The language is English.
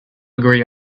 agree